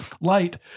light